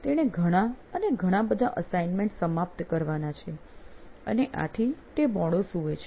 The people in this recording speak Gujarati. તેણે ઘણા અને ઘણા બધા અસાઈન્મેન્ટ સમાપ્ત કરવાના છે અને આથી તે મોડો સૂએ છે